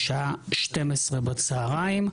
בשעה 12 בצהריים.